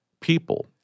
people